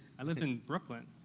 i live in brooklyn.